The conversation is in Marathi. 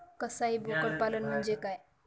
कसाई बोकड पालन म्हणजे काय?